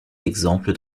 exemple